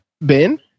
Ben